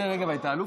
יש לך רוב?